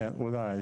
אולי.